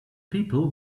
people